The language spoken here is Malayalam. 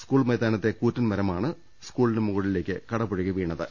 സ്കൂൾ മൈതാ നത്തെ കൂറ്റൻ മരമാണ് സ്കൂളിന് മുകളിലേക്ക് കടപുഴകി വീണത്